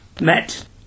Met